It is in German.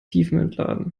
tiefentladen